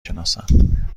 شناسم